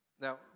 Now